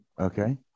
Okay